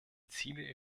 ziele